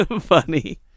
Funny